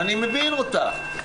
אני מבין אותך,